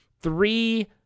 three